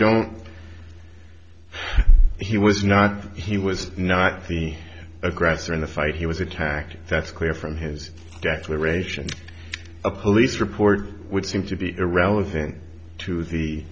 don't he was not he was not the aggressor in the fight he was attacked that's clear from his declaration a police report would seem to be irrelevant to the